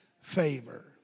favor